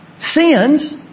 sins